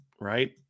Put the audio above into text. Right